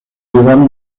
llevaron